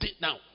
now